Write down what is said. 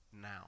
now